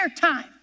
time